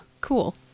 cool